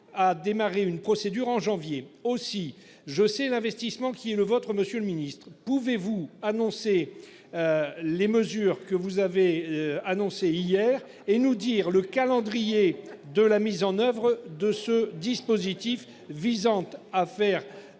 à démarrer une procédure en janvier aussi je sais l'investissement qui est le vôtre, Monsieur le Ministre, pouvez-vous annoncer. Les mesures que vous avez annoncé hier et nous dire le calendrier de la mise en oeuvre de ce dispositif visant à à faire.